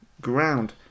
ground